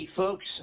folks